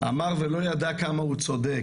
אמר ולא ידע כמה הוא צודק.